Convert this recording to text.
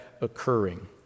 occurring